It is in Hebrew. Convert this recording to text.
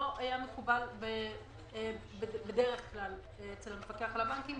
זה לא היה מקובל בדרך כלל אצל המפקח על הבנקים,